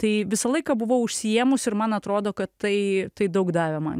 tai visą laiką buvau užsiėmus ir man atrodo kad tai tai daug davė man